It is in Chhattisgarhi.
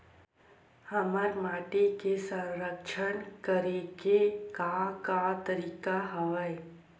हमर माटी के संरक्षण करेके का का तरीका हवय?